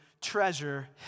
treasure